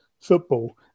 football